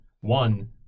One